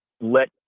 let